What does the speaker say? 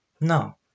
No